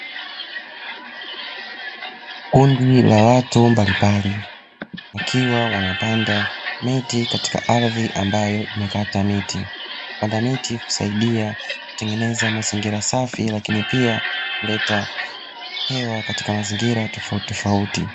Kundi la watu mbalimbali wakiwa wanapanda miti katika ardhi ambayo imekatwa miti, kupanda miti husaidia kutengeneza mazingira safi lakini pia kuleta hewa katika mazingira tofautitofauti.